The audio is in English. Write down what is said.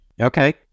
Okay